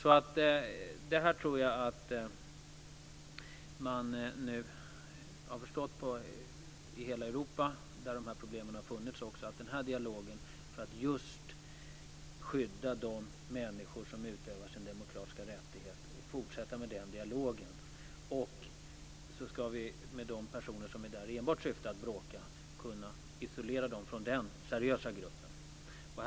Jag tror alltså att man har förstått detta nu i hela Europa, där ju dessa problem har funnits. Dialogen är till för att just skydda de människor som utövar sin demokratiska rättighet. Vi måste fortsätta med den. Vi ska också kunna isolera de personer som finns med enbart i syfte att bråka från den seriösa gruppen.